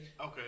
Okay